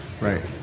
right